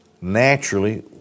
naturally